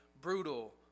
brutal